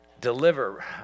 deliver